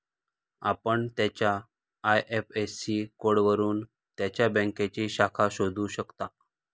आपण त्याच्या आय.एफ.एस.सी कोडवरून त्याच्या बँकेची शाखा शोधू शकता